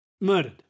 Murdered